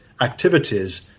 activities